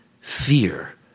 fear